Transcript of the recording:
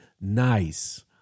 Nice